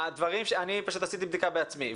אני פשוט עשיתי בדיקה בעצמי,